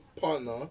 partner